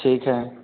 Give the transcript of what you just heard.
ठीक है